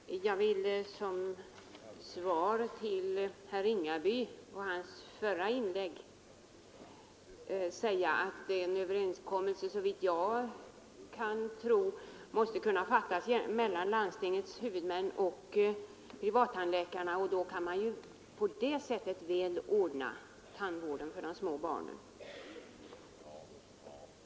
Herr talman! Jag vill som svar till herr Ringaby på hans förra inlägg säga att såvitt jag kan förstå måste en överenskommelse kunna träffas mellan landstingets huvudmän och privattandläkarna. På det sättet kan tandvården ordnas väl för de små barnen.